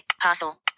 Parcel